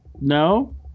No